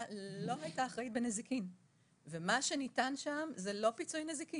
לא הייתה אחראית בנזיקין ומה שניתן שם לא היה פיצוי נזיקי